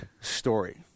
story